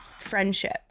friendship